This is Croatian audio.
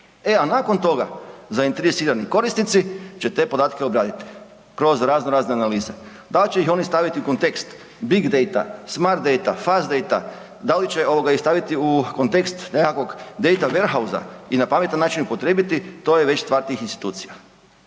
E nakon toga zainteresirani korisnici će te podatke obraditi kroz raznorazne analize. Da li će ih oni staviti u kontekst big date, smart date, fast date, da li će ih staviti u kontekst nekakvog date warehouse i na pametan način unaprijediti, to je već stvar tih institucija.